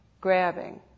grabbing